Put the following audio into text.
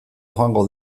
joango